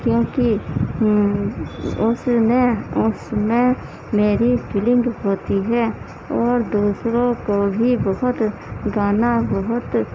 کیونکہ اس میں اس میں میری فیلنگ ہوتی ہے اور دوسروں کو بھی بہت گانا بہت